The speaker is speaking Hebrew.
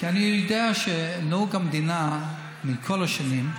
כי אני יודע שנהוג במדינה בכל השנים,